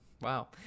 wow